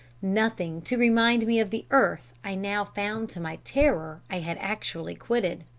nothing to remind me of the earth i now found to my terror i had actually quitted.